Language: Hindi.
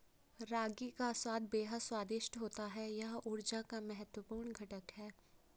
रागी का स्वाद बेहद स्वादिष्ट होता है यह ऊर्जा का महत्वपूर्ण घटक है